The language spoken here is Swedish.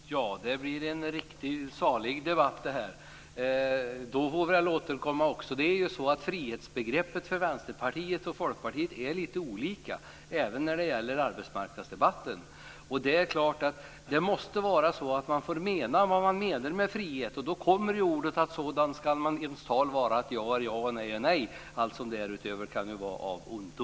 Fru talman! Det blev en riktigt salig debatt det här. Frihetsbegreppet är lite olika för Vänsterpartiet och Folkpartiet även när det gäller arbetsmarknadsdebatten. Det är klart att man får mena vad man vill med frihet, och då kommer jag in på ordet att sådant skall ens tal vara att ja är ja och nej är nej. Allt som därutöver är kan vara av ondo.